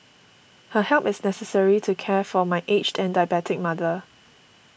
her help is necessary to care for my aged and diabetic mother